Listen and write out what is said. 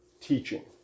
teaching